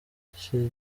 cye